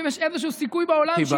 אם יש איזשהו סיכוי בעולם שהיא תאושר,